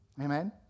Amen